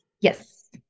Yes